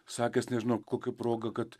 sakęs nežinau kokia proga kad